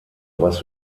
was